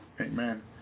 amen